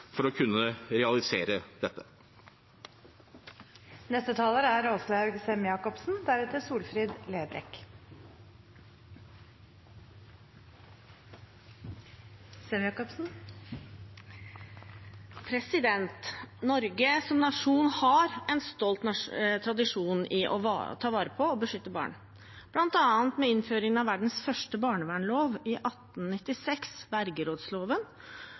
for å kunne realisere dette. Norge som nasjon har en stolt tradisjon for å ta vare på og beskytte barn, bl.a. med innføring av verdens første barnevernslov, vergerådsloven, i 1896,